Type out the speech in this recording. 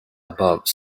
above